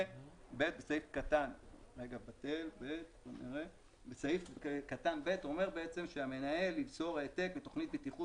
סעיף קטן (ב) אומר שהמנהל ייצור העתק מתוכנית בטיחות